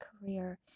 career